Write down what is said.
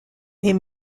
est